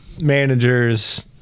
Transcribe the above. Managers